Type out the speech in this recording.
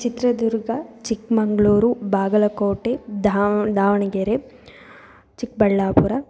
चित्रदुर्ग चिक्मङ्ळूरु बागलकोटे धावण् दावण्गेरे चिक्बळ्ळापुर